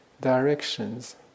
directions